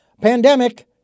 pandemic